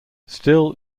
still